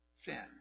Sin